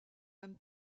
même